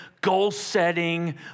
goal-setting